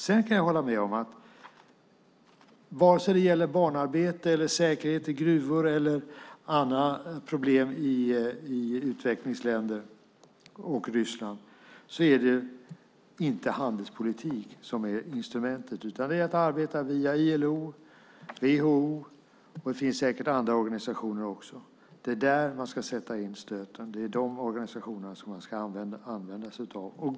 Jag kan hålla med om att vare sig det gäller barnarbete eller säkerhet i gruvor eller andra problem i utvecklingsländer och Ryssland är det inte handelspolitik som är instrumentet, utan det är att arbeta via ILO, WHO och andra organisationer. Det är där man ska sätta in stöten. Det är de organisationerna man ska använda sig av.